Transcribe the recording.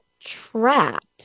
trapped